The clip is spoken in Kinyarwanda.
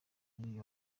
muri